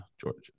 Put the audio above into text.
Georgia